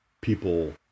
people